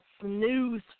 snooze